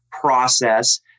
process